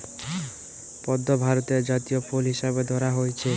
পদ্ম ভারতের জাতীয় ফুল হিসাবে ধরা হইচে